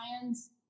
science